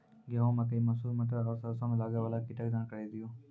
गेहूँ, मकई, मसूर, मटर आर सरसों मे लागै वाला कीटक जानकरी दियो?